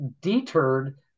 deterred